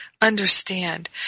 understand